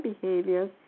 behaviors